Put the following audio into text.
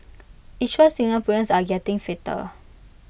IT shows Singaporeans are getting fitter